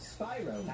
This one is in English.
Spyro